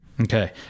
Okay